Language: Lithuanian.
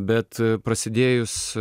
bet prasidėjus